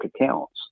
accounts